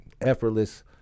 effortless